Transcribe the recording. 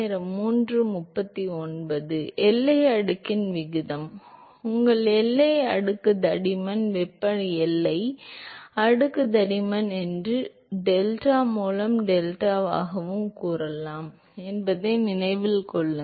எனவே எல்லை அடுக்கின் விகிதம் உந்தம் எல்லை அடுக்கு தடிமன் வெப்ப எல்லை அடுக்கு தடிமன் என்று டெல்டா மூலம் டெல்டாவும் கூறினோம் என்பதை நினைவில் கொள்க